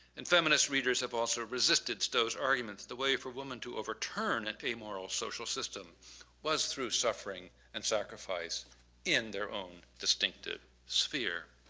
and feminist readers have also resisted stowe's arguments the way for woman to overturn an and amoral social system was through suffering and sacrifice in their own distinctive sphere.